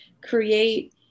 create